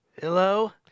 Hello